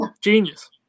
Genius